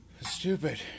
stupid